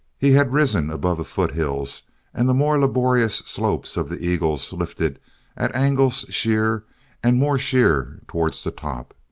he had risen above the foothills and the more laborious slopes of the eagles lifted at angles sheer and more sheer towards the top.